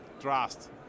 trust